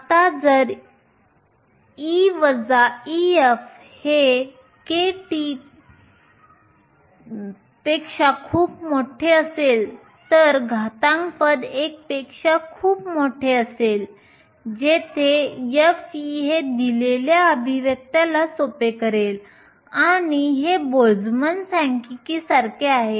आता जर E Ef हे kT पेक्षा खूप मोठे असेल तर घातांक पद 1 पेक्षा खूप मोठे असेल जेथे f हे exp kT या अभिव्यक्त्याला सोपे करेल आणि हे बोल्टझमॅन सांख्यिकीसारखे आहे